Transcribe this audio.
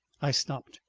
i stopped,